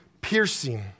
piercing